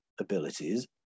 abilities